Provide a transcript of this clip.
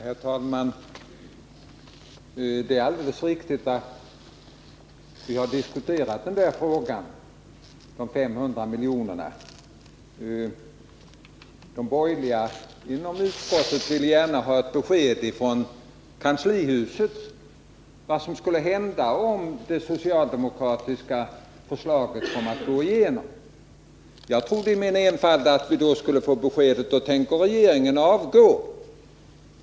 Herr talman! Det är alldeles riktigt att vi har diskuterat frågan om en minskning med ungefär 500 milj.kr. De borgerliga inom utskottet ville gärna ha ett besked från kanslihuset, vad som skulle hända om det socialdemokratiska förslaget gick igenom. Jag trodde i min enfald att vi skulle få beskedet: Då tänker regeringen avgå.